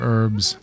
Herbs